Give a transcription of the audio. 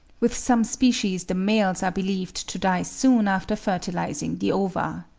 with some species the males are believed to die soon after fertilising the ova.